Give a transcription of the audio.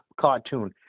cartoon